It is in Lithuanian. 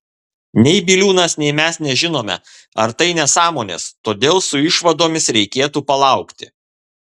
nei biliūnas nei mes nežinome ar tai nesąmonės todėl su išvadomis reikėtų palaukti